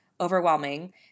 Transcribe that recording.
overwhelming